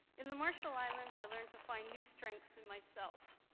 in the marshall islands, i learned to find new strengths in myself,